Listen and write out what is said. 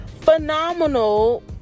phenomenal